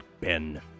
Ben